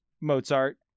Mozart